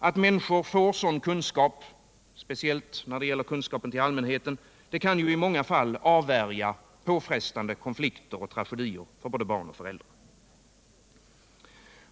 Att människor får sådan kunskap kan ju i många fall avvärja påfrestande konflikter och tragedier för både barn och föräldrar.